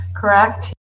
correct